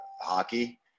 hockey